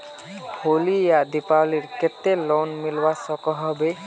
होली या दिवालीर केते लोन मिलवा सकोहो होबे?